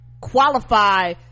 qualify